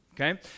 Okay